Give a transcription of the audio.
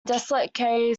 desolate